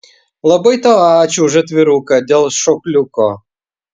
labai tau ačiū už atviruką dėl šokliuko